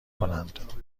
کنند